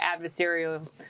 adversarial